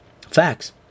Facts